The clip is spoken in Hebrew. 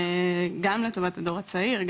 גם לטובת הדור הצעיר,